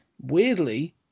weirdly